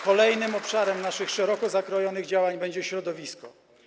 Kolejnym obszarem naszych szeroko zakrojonych działań będzie środowisko.